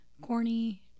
corny